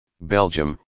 Belgium